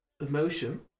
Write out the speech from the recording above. emotion